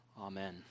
Amen